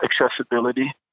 accessibility